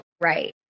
right